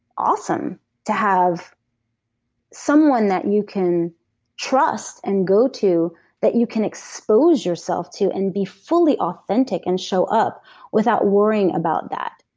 awesome to have someone that you can trust and go to that you can expose yourself to and be fully authentic and show up without worrying about that,